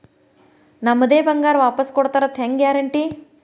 ನಮ್ಮದೇ ಬಂಗಾರ ವಾಪಸ್ ಕೊಡ್ತಾರಂತ ಹೆಂಗ್ ಗ್ಯಾರಂಟಿ?